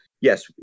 Yes